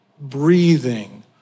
breathing